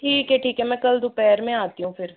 ठीक है ठीक है मैं कल दोपहर में आती हूँ फिर